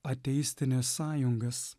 ateistines sąjungas